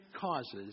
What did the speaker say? causes